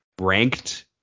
ranked